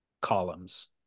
columns